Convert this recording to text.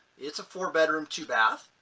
it's a four bedroom, two bath.